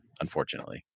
Unfortunately